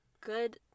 good